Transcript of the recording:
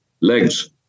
legs